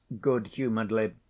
good-humouredly